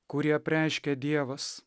kurį apreiškia dievas